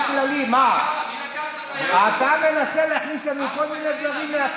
יש יהודים שהם לא דתיים.